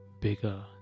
bigger